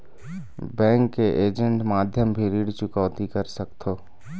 Bank के agent माध्यम भी ऋण चुकौती कर सकथों?